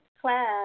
class